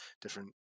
different